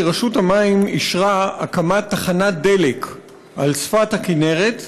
כי רשות המים אישרה הקמת תחנת דלק על שפת הכינרת,